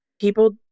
people